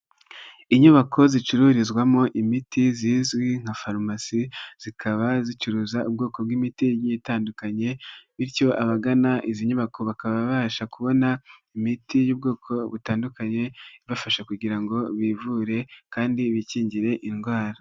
Inyubako zicururizwamo imiti zizwi nka farumasi, zikaba zicuruza ubwoko bw'imide itandukanye bityo abagana izi nyubako bakabasha kubona imiti y'ubwoko butandukanye, ibafasha kugira ngo bivure kandi bikingire indwara.